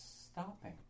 stopping